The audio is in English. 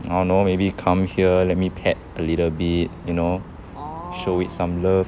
I don't know maybe come here let me pet a little bit you know show it some love